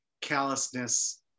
callousness